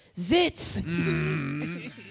zits